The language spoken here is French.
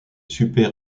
super